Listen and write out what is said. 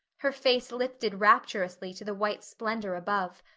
her face lifted rapturously to the white splendor above.